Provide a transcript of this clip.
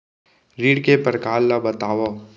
ऋण के परकार ल बतावव?